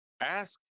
ask